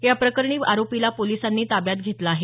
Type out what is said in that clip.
याप्रकरणी आरोपीला पोलिसांनी ताब्यात घेतलं आहे